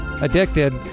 addicted